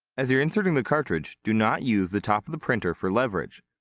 as you're inserting the cartridge, do not use the top of the printer for leverage.